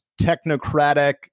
technocratic